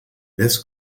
this